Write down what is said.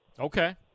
Okay